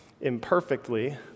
imperfectly